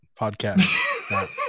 Podcast